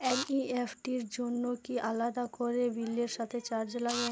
NEFT র জন্য কি আলাদা করে বিলের সাথে চার্জ লাগে?